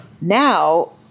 Now